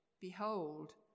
Behold